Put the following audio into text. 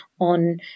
on